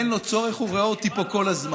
אין לו צורך, הוא רואה אותי פה כל הזמן.